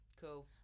cool